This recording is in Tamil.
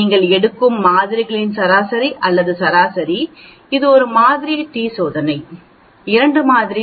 நீங்கள் எடுக்கும் மாதிரிகளின் சராசரி அல்லது சராசரி இது ஒரு மாதிரி டி சோதனை 2 மாதிரி